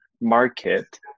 market